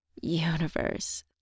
Universe